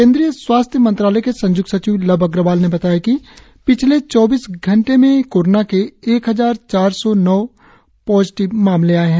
केंद्रीय स्वास्थ्य मंत्रालय के संय्क्त सचिव लव अग्रवाल ने बताया कि पिछले चौबीस घंटे में कोरोना के एक हजार चार सौ नो पॉजिटिव मामले आएं है